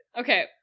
Okay